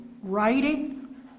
writing